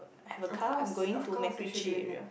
I have a car I'm going to MacRitchie area